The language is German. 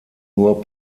nur